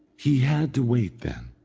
he had to wait, then,